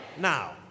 Now